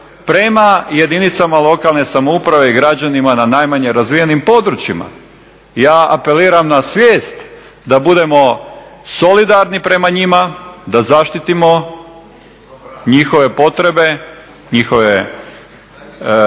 prema jedinicama lokalne samouprave i građanima na najmanje razvijenim područjima. Ja apeliram na svijest da budemo solidarni prema njima, da zaštitimo njihove potrebe, jednostavno